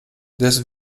this